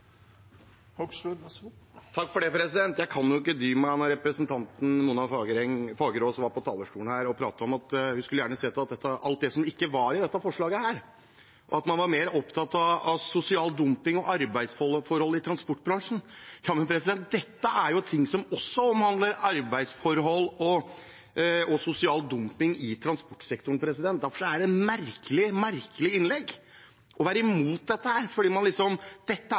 Jeg kan ikke dy meg når representanten Mona Fagerås var på talerstolen og pratet om at hun gjerne skulle sett noe til alt det som ikke var i dette forslaget, og at man var mer opptatt av sosial dumping og arbeidsforhold i transportbransjen. Ja, men dette er jo ting som også omhandler arbeidsforhold og sosial dumping i transportsektoren. Derfor er det et merkelig innlegg – å være mot dette fordi det liksom ikke er en del av det. Jo, det er definitivt en del av det. Dette